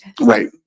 Right